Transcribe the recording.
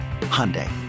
Hyundai